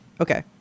Okay